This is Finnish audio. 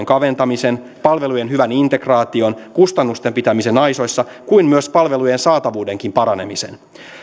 kaventamisen palvelujen hyvän integraation kustannusten pitämisen aisoissa kuin myös palvelujen saatavuuden paranemisen